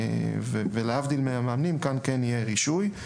ולהבדיל מהמאמנים כאן כן יהיה רישוי.